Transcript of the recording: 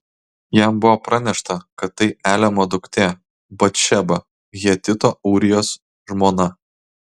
jam buvo pranešta kad tai eliamo duktė batšeba hetito ūrijos žmona